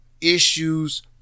issues